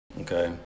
Okay